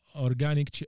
organic